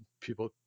people